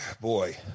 boy